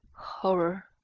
horror!